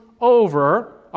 over